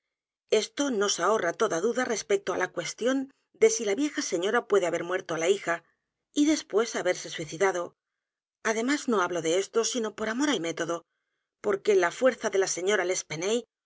r r a toda duda respecto á la cuestión de si la vieja señora puede haber muerto á la hija y después haberse suicidado además no hablo de esto sino por amor al método porque la fuerza de la sra